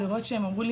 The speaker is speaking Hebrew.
כשהם אמרו לי,